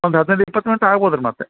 ಒಂದು ಹದಿನೈದು ಇಪ್ಪತ್ತು ಮಿನಟ ಆಗ್ಬೌದು ರಿ ಮತ್ತೆ